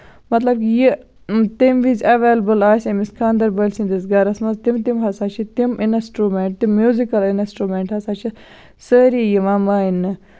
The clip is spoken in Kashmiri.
مطلب یہِ تَمہِ وِز ایویلِبٔل آسہِ أمِس خاندر وٲلۍ سٔندِس گرَس منٛز تِم تِم ہسا چھِ تِم اِنسٹروٗمینٹٔ تِم میوٗزِکَل اِنسٹروٗمینٹ ہسا چھِ سٲری یِوان مٲننہٕ